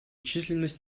численность